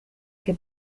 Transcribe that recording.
que